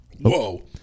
whoa